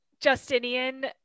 Justinian